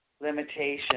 Limitation